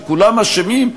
וכולם אשמים.